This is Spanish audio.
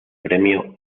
premio